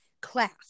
class